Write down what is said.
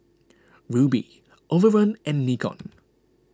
Rubi Overrun and Nikon